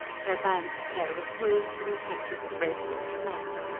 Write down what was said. where bands of hair were smoothed and the catches of bracelets snapped.